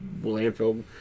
landfill